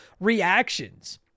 reactions